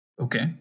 Okay